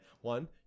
One